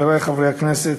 חברי חברי הכנסת,